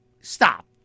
stop